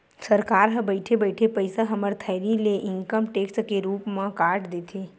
सरकार ह बइठे बइठे पइसा हमर थैली ले इनकम टेक्स के रुप म काट देथे